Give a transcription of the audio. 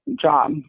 job